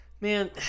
Man